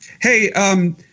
Hey